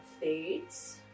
fades